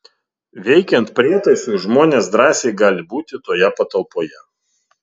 veikiant prietaisui žmonės drąsiai gali būti toje patalpoje